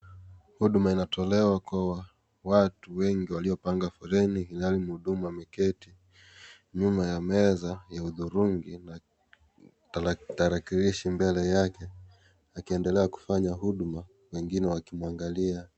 Huduma inatolewa kwa watu wengi waliopanga foleni ilhali mhudumu ameketi. Nyuma ya meza ya udhurungi kuna tarakilishi mbele yake. Akiendelea kufanya huduma wengine wakimwangalia.